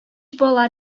бала